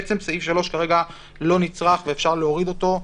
בעצם סעיף 3 כרגע לא נצרך ואפשר להוריד אותו.